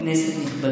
כנסת נכבדה,